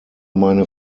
meine